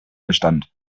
bestand